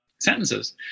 sentences